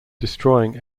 destroying